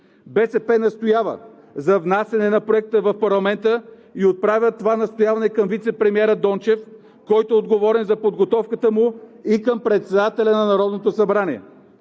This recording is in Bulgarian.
БСП настоява за внасяне на Проекта в парламента и отправя това настояване към вицепремиера Дончев, който е отговорен за подготовката му, и към председателя на Народното събрание.